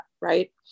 Right